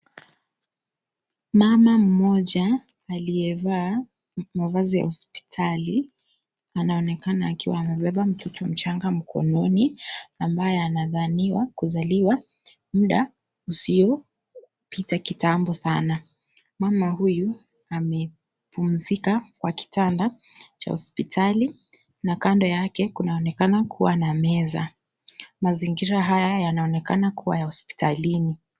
Mama mmoja, aliyevaa, mavazi ya hospitali, anaonekana akiwa amebeba mtoto mchanga mkononi, ambaye anadhaniwa kuzaliwa muda usio pita kitambo sana. Mama huyu, amepumzika wa kitanda cha hospitali na kando yake kunaonekana kuwa na meza. Mazingira haya yanaonekana kuwa ya hospitalini.